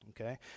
okay